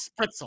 spritzel